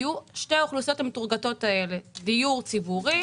יהיו שתי האוכלוסיות המטורגטות האלה דיור ציבורי,